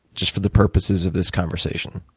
just for the purposes of this conversation.